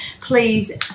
please